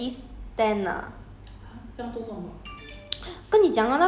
then 我等一下给你 lor at least 我 orh I think 我那边有 at least